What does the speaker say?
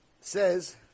says